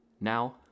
Now